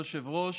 כבוד היושב-ראש,